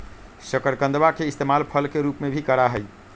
शकरकंदवा के इस्तेमाल फल के रूप में भी करा हई